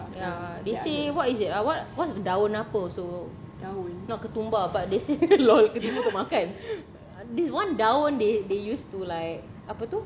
ya they say what is it ah what what daun apa also not ketumbar but they say LOL ketumbar untuk makan there's one daun they use to like apa tu